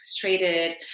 frustrated